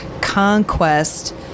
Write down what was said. conquest